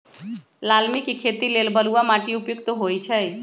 लालमि के खेती लेल बलुआ माटि उपयुक्त होइ छइ